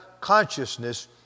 consciousness